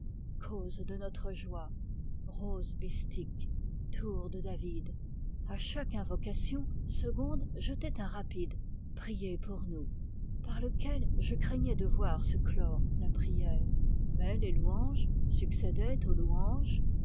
cause de notre joie rose mystique tour de david a chaque invocation segonde jetait un rapide priez pour nous par lequel je craignais de voir se clore la prière mais les louanges succédaient aux louanges